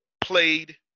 played